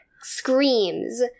Screams